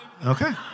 Okay